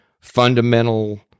fundamental